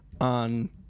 on